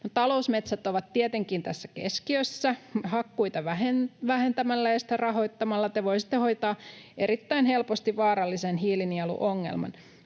Talousmetsät ovat tietenkin tässä keskiössä. Hakkuita vähentämällä ja sitä rahoittamalla te voisitte hoitaa erittäin helposti vaarallisen hiilinieluongelman,